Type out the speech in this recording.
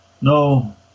no